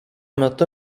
metu